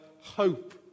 hope